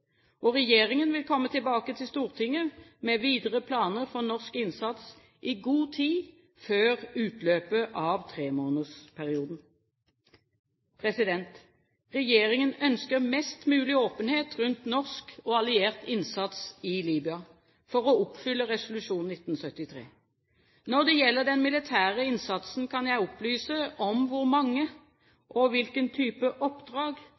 Regjeringen vil komme tilbake til Stortinget med videre planer for norsk innsats i god tid før utløpet av tremånedersperioden. Regjeringen ønsker mest mulig åpenhet rundt norsk og alliert innsats i Libya for å oppfylle resolusjon 1973. Når det gjelder den militære innsatsen, kan jeg opplyse om hvor mange og hvilken type oppdrag